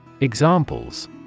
Examples